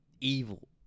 evil